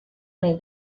nahi